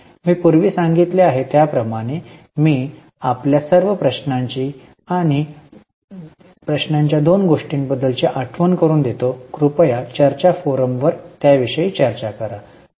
मी पूर्वी सांगितले आहे त्याप्रमाणे मी आपल्या सर्व प्रश्नांची आणि प्रश्नांची दोन गोष्टींबद्दलची आठवण करून देतो कृपया चर्चा फोरमवर त्याविषयी चर्चा करा